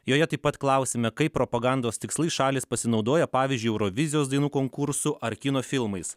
joje taip pat klausiame kaip propagandos tikslais šalys pasinaudoja pavyzdžiui eurovizijos dainų konkursų ar kino filmais